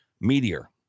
Meteor